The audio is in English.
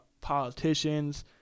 politicians